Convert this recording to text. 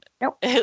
Nope